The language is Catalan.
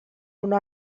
una